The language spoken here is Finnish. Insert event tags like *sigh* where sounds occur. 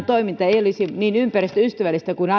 *unintelligible* toiminta ei olisi niin ympäristöystävällistä kuin *unintelligible*